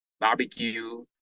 barbecue